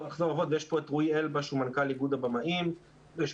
נמצא כאן רועי אלבה שהוא מנכ"ל איגוד הבמאים ונמצאים